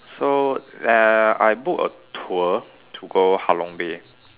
so uh I booked a tour to go Ha Long Bay